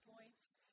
points